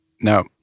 No